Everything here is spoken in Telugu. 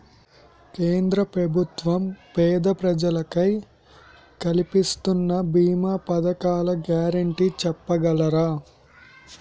కేంద్ర ప్రభుత్వం పేద ప్రజలకై కలిపిస్తున్న భీమా పథకాల గ్యారంటీ చెప్పగలరా?